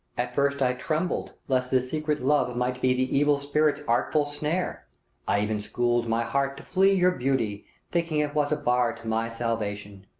at first i trembled lest this secret love might be the evil spirit's artful snare i even schooled my heart to flee your beauty, thinking it was a bar to my salvation.